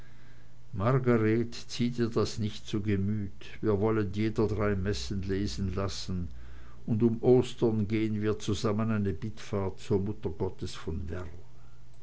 margreth zieh dir das nicht zu gemüt wir wollen jeder drei messen lesen lassen und um ostern gehen wir zusammen eine bittfahrt zur muttergottes von